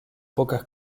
pocas